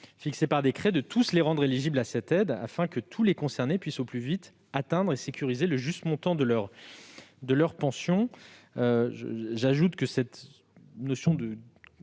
fixées par décret, de tous les rendre éligibles à cette aide, afin que toutes les personnes concernées puissent au plus vite atteindre et sécuriser le juste montant de leur pension. J'ajoute que cette notion-